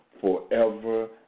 forever